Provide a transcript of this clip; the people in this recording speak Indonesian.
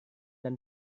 dan